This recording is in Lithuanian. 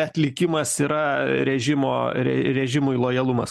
atlikimas yra režimo režimui lojalumas